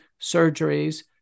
surgeries